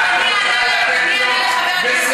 אני אענה לחבר הכנסת שטרן.